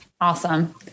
awesome